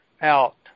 out